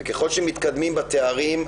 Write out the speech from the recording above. וככל שמתקדמים בתארים,